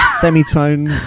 semitone